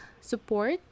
support